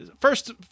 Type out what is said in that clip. First